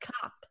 cop